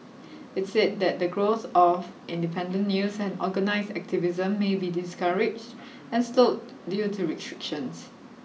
it's said that the growth of independent news and organised activism may be discouraged and slowed due to restrictions